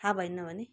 थाहा भएन भने